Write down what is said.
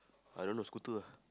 I don't know the scooter lah